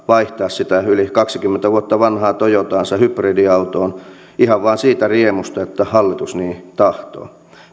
vaihtaa sitä yli kaksikymmentä vuotta vanhaa toyotaansa hybridiautoon ihan vain siitä riemusta että hallitus niin tahtoo